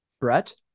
Brett